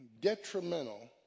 detrimental